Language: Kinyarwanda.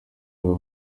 abo